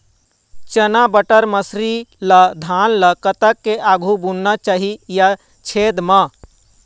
चना बटर मसरी ला धान ला कतक के आघु बुनना चाही या छेद मां?